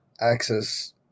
access